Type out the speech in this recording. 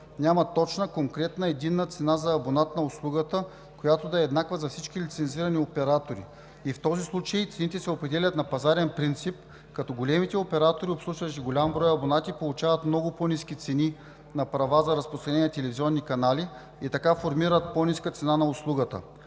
нямат точна, конкретна и единна цена за абонат на услугата, която да е еднаква за всички лицензирани оператори. В този случай цените се определят на пазарен принцип, като големите оператори, обслужващи голям брой абонати, получават много по-ниски цени на права за разпространение на телевизионни канали и така формират по-ниска цена на услугата.